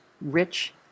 rich